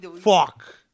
Fuck